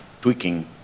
tweaking